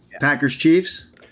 Packers-Chiefs